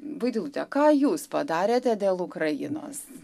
vaidilute ką jūs padarėte dėl ukrainos